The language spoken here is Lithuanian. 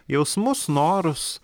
jausmus norus